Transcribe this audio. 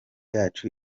yacu